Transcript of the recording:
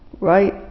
right